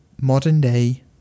modern-day